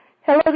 Hello